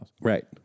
Right